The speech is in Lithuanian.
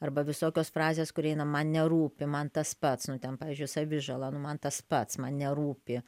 arba visokios frazės kur eina man nerūpi man tas pats nu ten pavyzdžiui savižala nu man tas pats man nerūpi